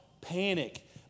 panic